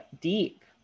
deep